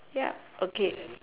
yeah okay